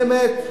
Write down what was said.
באמת,